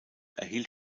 erhielt